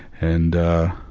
and ah,